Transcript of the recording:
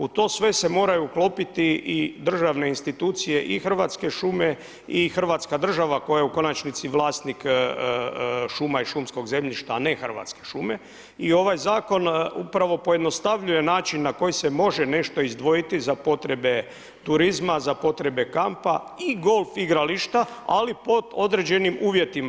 U to sve se moraju uklopiti i državne institucije i Hrvatske šume i Hrvatska država koja je u konačnici vlasnik šuma i šumskog zemljišta, a ne Hrvatske šume i ovaj Zakon upravo pojednostavljuje način na koji se može nešto izdvojiti za potrebe turizma, za potrebe kampa i golf igrališta, ali pod određenim uvjetima.